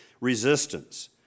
resistance